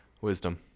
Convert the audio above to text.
Wisdom